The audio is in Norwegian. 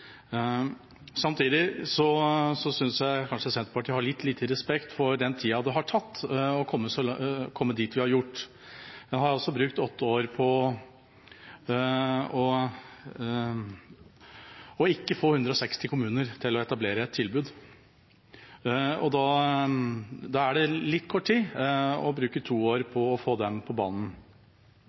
Samtidig synes jeg kanskje Senterpartiet har litt lite respekt for den tida det har tatt å komme dit vi har gjort. En har altså brukt åtte år på ikke å få 160 kommuner til å etablere et tilbud, og da er det litt kort tid å bruke to år på å få dem på banen.